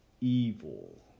evil